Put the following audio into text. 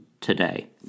today